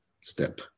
step